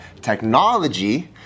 technology